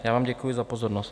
Já vám děkuji za pozornost.